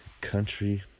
country